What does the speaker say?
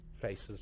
Faces